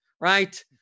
right